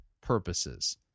purposes